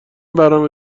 برنامه